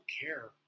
care